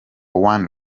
one